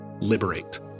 liberate